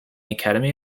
academy